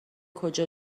کجا